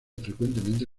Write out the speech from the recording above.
frecuentemente